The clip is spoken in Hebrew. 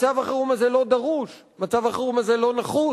מצב החירום הזה לא דרוש, מצב החירום הזה לא נחוץ,